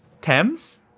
Thames